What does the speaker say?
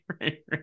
right